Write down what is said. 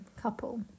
couple